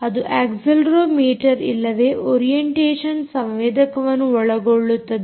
ಅದು ಅಕ್ಸೆಲೆರೋಮೀಟರ್ ಇಲ್ಲವೇ ಓರಿಯಂಟೇಶನ್ ಸಂವೇದಕವನ್ನು ಒಳಗೊಳ್ಳುತ್ತದೆ